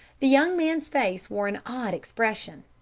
the young man's face wore an odd expression.